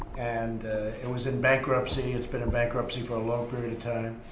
and it was in bankruptcy, it's been in bankruptcy for a long period of time.